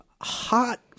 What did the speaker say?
hot